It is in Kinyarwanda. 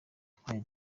twari